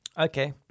Okay